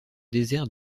désert